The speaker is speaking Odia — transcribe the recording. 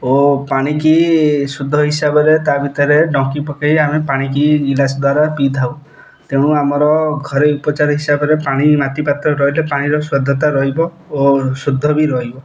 ଓ ପାଣିକି ଶୁଦ୍ଧ ହିସାବରେ ତା ଭିତରେ ଡଙ୍କି ପକେଇ ଆମେ ପାଣିକି ଗିଲାସ ଦ୍ୱାରା ପିଇଥାଉ ତେଣୁ ଆମର ଘରେ ଉପଚାର ହିସାବରେ ପାଣି ମାତିପାତ୍ର ରହିଲେ ପାଣିର ସ୍ଵଧତା ରହିବ ଓ ଶୁଦ୍ଧ ବି ରହିବ